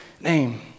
name